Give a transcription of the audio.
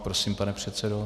Prosím, pane předsedo.